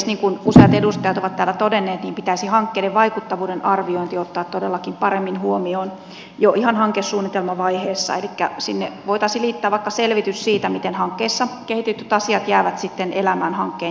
niin kuin useat edustajat ovat täällä todenneet pitäisi hankkeiden vaikuttavuuden arviointi ottaa todellakin paremmin huomioon jo ihan hankesuunnitelmavaiheessa elikkä sinne voitaisiin liittää vaikka selvitys siitä miten hankkeessa kehitetyt asiat jäävät sitten elämään hankkeen jälkeen